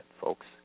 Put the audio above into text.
folks